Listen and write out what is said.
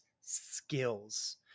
skills